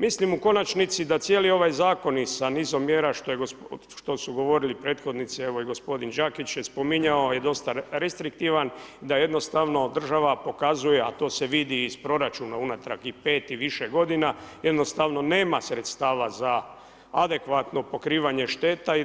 Mislim u konačnici da cijeli ovaj zakon i sa nizom mjera što su govorili prethodnici evo i gospodin Đakić je spominjao i dosta restriktivan da jednostavno država pokazuje a to se vidi iz proračuna unatrag i 5 i više godina jednostavno nema sredstava za adekvatno pokrivanje šteta i